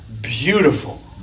beautiful